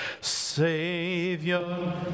Savior